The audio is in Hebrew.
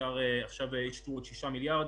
עכשיו אישרו עוד 6 מיליארד,